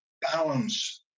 balance